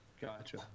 Gotcha